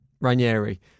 Ranieri